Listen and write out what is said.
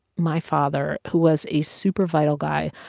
my father who was a super vital guy,